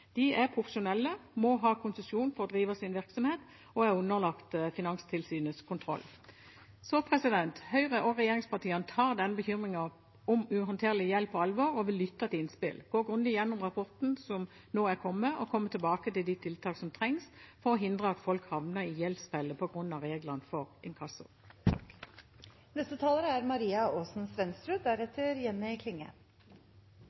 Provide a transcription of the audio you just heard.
De er profesjonelle, må ha konsesjon for å drive sin virksomhet og er underlagt Finanstilsynets kontroll. Høyre og regjeringspartiene tar bekymringene om uhåndterlig gjeld på alvor, vil lytte til innspill, gå grundig gjennom rapporten som nå er kommet, og komme tilbake til de tiltak som trengs for å hindre at folk havner i gjeldsfeller på grunn av reglene for inkasso.